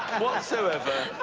whatsoever.